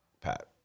Pat